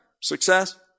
Success